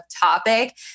topic